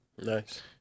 nice